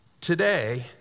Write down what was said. Today